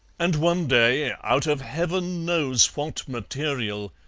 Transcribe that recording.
and one day, out of heaven knows what material,